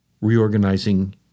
reorganizing